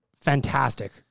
Fantastic